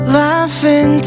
laughing